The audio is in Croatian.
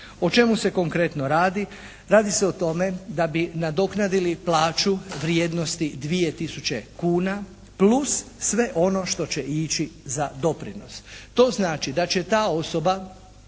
O čemu se konkretno radi? Radi se o tome da bi nadoknadili plaću vrijednosti 2 tisuće kuna plus sve ono što će ići za doprinos. To znači da će ta osoba